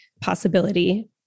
possibility